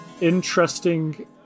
interesting